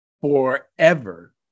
forever